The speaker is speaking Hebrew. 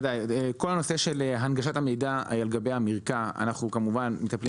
כל נושא הנגשת המידע על גבי המידע אנחנו מטפלים